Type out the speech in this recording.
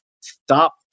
stop